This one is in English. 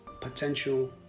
potential